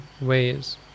ways